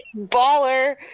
Baller